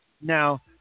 Now